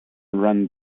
ran